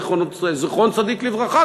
זיכרון צדיק לברכה,